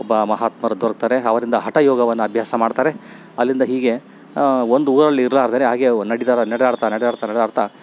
ಒಬ್ಬ ಮಹಾತ್ಮರು ದೊರಕ್ತಾರೆ ಅವರಿಂದ ಹಠ ಯೋಗವನ್ನ ಅಭ್ಯಾಸ ಮಾಡ್ತಾರೆ ಅಲ್ಲಿಂದ ಹೀಗೆ ಒಂದು ಊರಲ್ಲಿ ಇರಲಾರ್ದೇನೆ ಹಾಗೆ ನಡಿತಾ ನಡೆದಾಡ್ತಾ ನಡೆದಾಡ್ತಾ ನಡೆದಾಡ್ತಾ